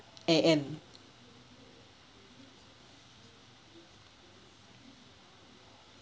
A_M